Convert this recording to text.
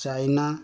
China